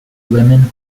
women